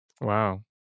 Wow